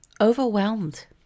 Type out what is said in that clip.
overwhelmed